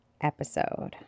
episode